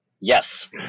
Yes